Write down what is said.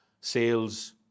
Sales